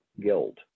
guilt